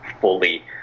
fully